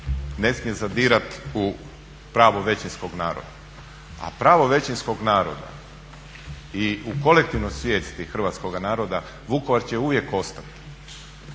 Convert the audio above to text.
ne smije zadirat u pravo većinskog naroda, a pravo većinskog naroda i u kolektivnoj svijesti hrvatskog naroda Vukovar će uvijek ostati